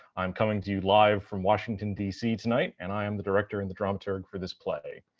i'm coming to you live from washington dc tonight and i am the director and the dramaturg for this play.